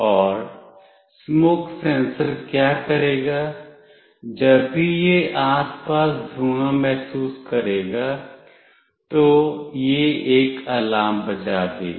और smoke sensor क्या करेगा जब भी यह आस पास धुआं महसूस करेगा तो यह एक अलार्म बजा देगा